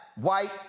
white